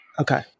Okay